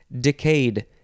Decayed